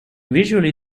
visually